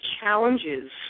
challenges